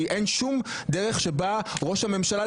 כי אין שום דרך שבה ראש הממשלה,